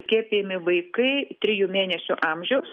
skiepijami vaikai trijų mėnesių amžiaus